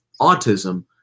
autism